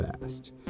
fast